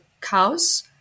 cows